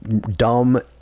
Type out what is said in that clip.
Dumb